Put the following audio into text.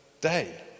day